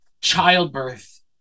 Childbirth